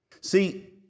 See